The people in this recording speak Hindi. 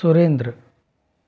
सुरेंद्र